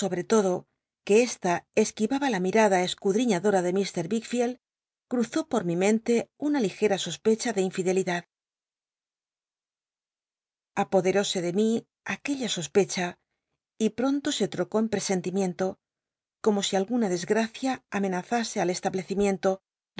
todo que esta esquiraba la mitm la cscudtiííadora le mt wickfield cruzó por mi mente una ligera sospecha de infidelidad apodcrósc de mi aquella sospecha y pronto se trocó enlll'esen timicnl o como si alguna d sgtacia amenazase al